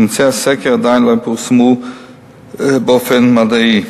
וממצאי הסקר עדיין לא פורסמו באופן מדעי.